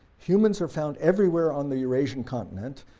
humans are found everywhere on the eurasian continent,